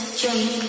drink